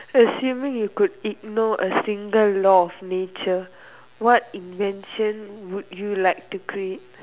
assuming you could ignore a single law of nature what invention would you like to create